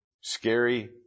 scary